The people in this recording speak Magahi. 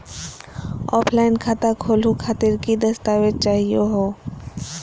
ऑफलाइन खाता खोलहु खातिर की की दस्तावेज चाहीयो हो?